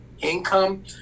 income